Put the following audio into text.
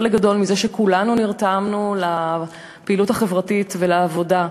והוא חלק גדול מזה שכולנו נרתמנו לפעילות חברתית ולעבודה.